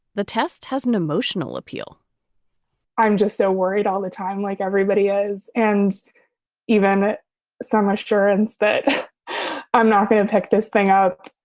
the test has an emotional appeal i'm just so worried all the time like everybody is. and even so much durance that i'm not going to pick this thing up